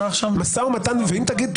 אם תגיד,